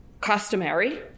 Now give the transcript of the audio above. customary